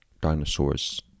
dinosaurs